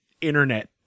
internet